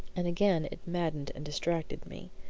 and again it maddened and distracted me.